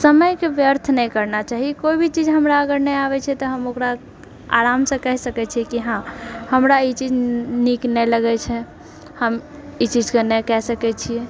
समयके व्यर्थ नहि करना चाही कोइभी चीज हमरा अगर नहि आबैछे तऽ हम ओकरा आरामसँ कहि सकै छिए कि हँ हमरा ई चीज नीक नहि लगैछै हम ई चीजके नहि कए सकै छिए